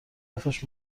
پفش